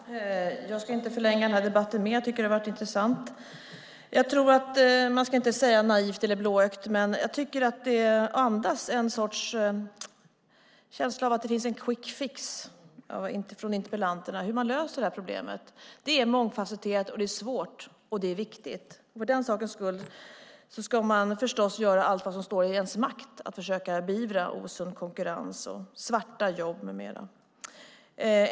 Fru talman! Jag ska inte förlänga debatten, men jag tycker att den har varit intressant. Man ska inte säga naivt eller blåögt, men jag anar hos mina motdebattörer en känsla av att det finns en quick fix för att lösa det här problemet. Det är mångfasetterat, det är svårt och det är viktigt. För den sakens skull ska man naturligtvis inte låta bli att göra allt som står i ens makt för att försöka beivra osund konkurrens, svarta jobb med mera.